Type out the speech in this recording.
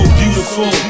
beautiful